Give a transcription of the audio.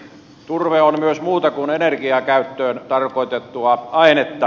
turve on myös muuta kuin energiakäyttöön tarkoitettua ainetta